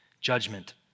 Judgment